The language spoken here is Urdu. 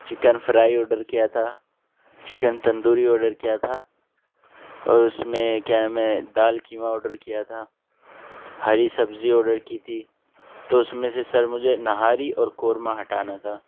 چکن فرائی آڈر کیا تھا چکن تندوری آڈر کیا تھا اور اس میں کیا ہے میں دال قیمہ آڈر کیا تھا ہری سبزی آڈر کی تھی تو اس میں سر مجھے نہاری اور قورما ہٹانا تھا